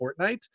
Fortnite